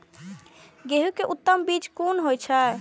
गेंहू के उत्तम बीज कोन होय छे?